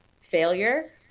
failure